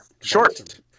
Short